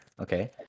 Okay